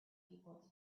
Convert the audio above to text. people